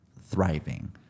thriving